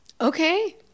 Okay